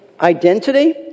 Identity